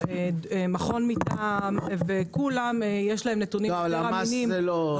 מכון וכולם יש להם נתונים יותר אמינים --- הלמ"ס זה לא,